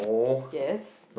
yes